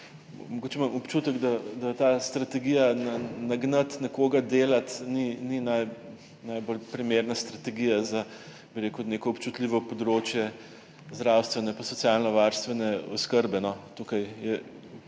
Občutek imam, da ta strategija nagnati nekoga delat ni najbolj primerna strategija za neko občutljivo področje zdravstvene in socialnovarstvene oskrbe.